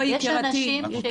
יש אנשים.